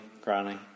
granny